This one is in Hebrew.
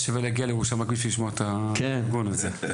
היה שווה להגיע לירושלים רק בשביל לשמוע את הפירגון הזה.